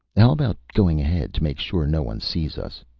how about going ahead to make sure no one sees us?